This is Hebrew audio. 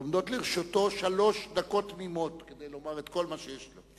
עומדות לרשותו שלוש דקות תמימות כדי לומר את כל מה שיש לו.